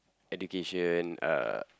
education uh